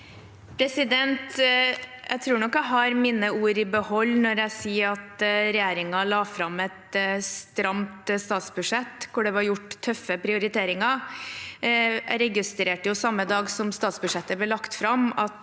Jeg tror nok jeg har mine ord i behold når jeg sier at regjeringen la fram et stramt statsbudsjett, hvor det ble gjort tøffe prioriteringer. Jeg registrerte samme dag som statsbudsjettet ble lagt fram